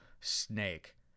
snake